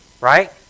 Right